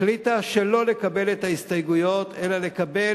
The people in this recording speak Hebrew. החליטה שלא לקבל את ההסתייגויות אלא לקבל